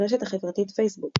ברשת החברתית פייסבוק גלגלצ,